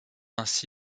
ainsi